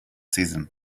season